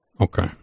okay